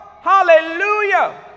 Hallelujah